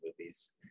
movies